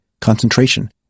concentration